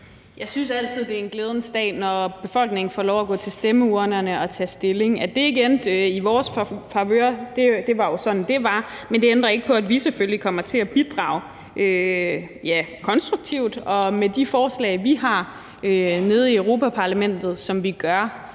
Jeg synes altid, at det er en glædens dag, når befolkningen får lov at gå til stemmeurnerne og tage stilling. At det ikke endte i vores favør, var jo sådan, det var, men det ændrer ikke på, at vi selvfølgelig kommer til at bidrage – ja, konstruktivt – med de forslag, vi har, nede i Europa-Parlamentet, som vi gør